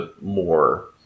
more